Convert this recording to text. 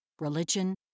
religion